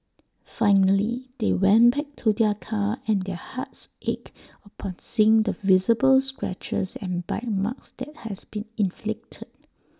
finally they went back to their car and their hearts ached upon seeing the visible scratches and bite marks that has been inflicted